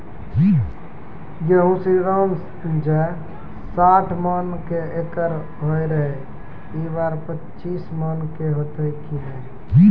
गेहूँ श्रीराम जे सैठ मन के एकरऽ होय रहे ई बार पचीस मन के होते कि नेय?